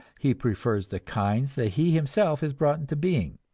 he prefers the kinds that he himself has brought into being.